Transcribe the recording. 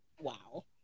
Wow